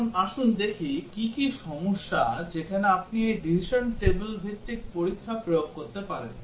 এখন আসুন দেখি কি কি সমস্যা যেখানে আপনি এই decision table ভিত্তিক পরীক্ষা প্রয়োগ করতে পারেন